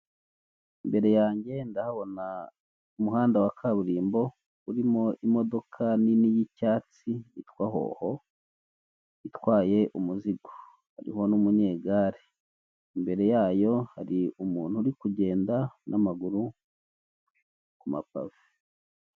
Imbere yanjye ndahabona umuhanda wa kaburimbo urimo imodoka nini y'icyatsi yitwa hoho itwaye umuzigo, hariho n'umunyegare. Imbere yayo hari umuntu uri kugenda n'amaguru ku mapave.